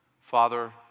Father